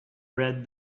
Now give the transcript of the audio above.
read